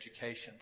education